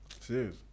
Serious